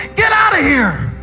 get out of here!